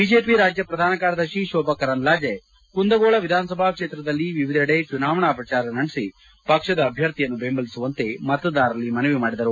BJP ರಾಜ್ಯ ಪ್ರಧಾನ ಕಾರ್ಯದರ್ಶಿ ಶೋಭಾ ಕರಂದ್ಲಾಜೆ ಕುಂದಗೋಳ ವಿಧಾನಸಭಾ ಕ್ಷೇತ್ರದಲ್ಲಿ ವಿವಿಧೆಡೆ ಚುನಾವಣಾ ಪ್ರಚಾರ ನಡೆಸಿ ಪಕ್ಷದ ಅಭ್ಯರ್ಥಿಯನ್ನು ಬೆಂಬಲಿಸುವಂತೆ ಮತದಾರರಲ್ಲಿ ಮನವಿ ಮಾಡಿದರು